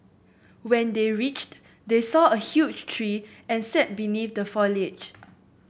when they reached they saw a huge tree and sat beneath the foliage